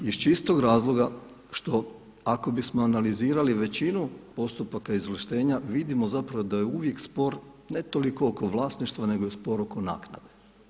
Iz čistog razloga što ako bismo analizirali većinu postupaka izvlaštenja vidimo zapravo da je uvijek spor ne toliko oko vlasništva nego je spor oko naknade.